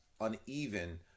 uneven